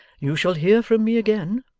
you shall hear from me again.